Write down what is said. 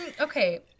Okay